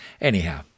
Anyhow